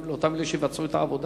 וגם לאלה שיבצעו את העבודה.